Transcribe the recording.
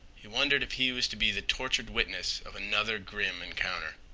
he wondered if he was to be the tortured witness of another grim encounter.